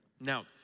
Now